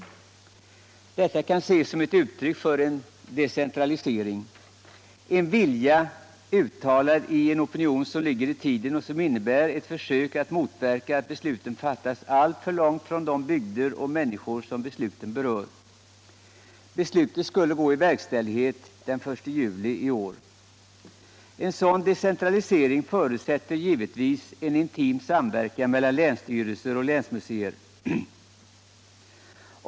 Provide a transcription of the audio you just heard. Detta kan ses som ett uttryck för en decentralisering, en vilja uttalad i en opinion som ligger i tiden och som innebär ett försök att motverka att besluten fattas alltför långt från de bygder och människor som besluten rör. Riksdagens beslut skulle gå i verkställighet den 1 juli i år. En sådan decentralisering förutsätter givetvis en intim samverkan mellan länsstyrelser och länsmuseer.